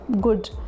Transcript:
good